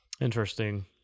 Interesting